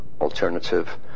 alternative